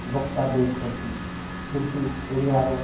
ବକ୍ତା ଦେଉଛନ୍ତି କିନ୍ତୁ ଓଡ଼ିଆର